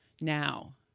now